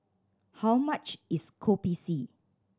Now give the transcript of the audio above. how much is Kopi C